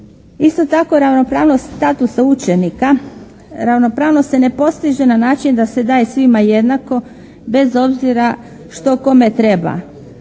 Isto tako ravnopravnost statusa učenika, ravnopravnost se ne postiže na način da se daje svima jednako, bez obzira što kome treba.